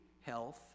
health